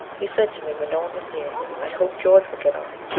he said to me when no one was near, i hope george will get off,